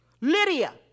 Lydia